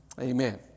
Amen